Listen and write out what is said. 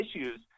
issues